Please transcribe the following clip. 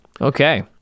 Okay